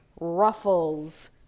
ruffles